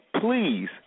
please